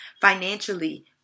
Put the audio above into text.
Financially